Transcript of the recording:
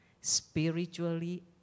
spiritually